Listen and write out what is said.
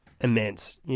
immense